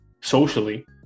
socially